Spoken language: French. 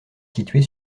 située